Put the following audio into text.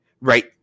Right